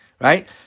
Right